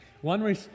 One